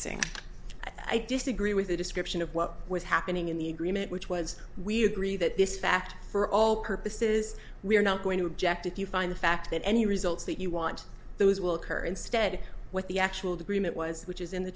sentencing i disagree with the description of what was happening in the agreement which was we agree that this fact for all purposes we are not going to object if you find the fact that any results that you want those will occur instead what the actual dream it was which is in the